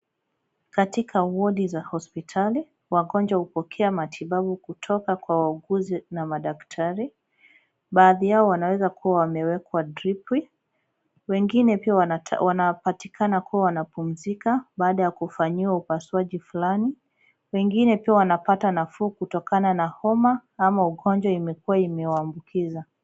Katika wodi za hosptali wagonjwa hupokea matibabu kutoka kwa wauguzi na madaktari. Baadhi yao wanaweza kuwa wamewekwa dripi. Wengine pia wanapatikana kuwa wanapumzika baada ya kufanyiwa upasuaji fulani. Wengine pia wanapata nafuu kutokana na homa ama ugonjwa imekuwa imewaambukiza.